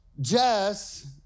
Jess